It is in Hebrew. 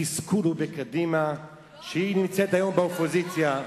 התסכול הוא בקדימה שהיא נמצאת היום באופוזיציה.